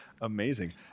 amazing